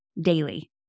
daily